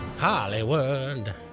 Hollywood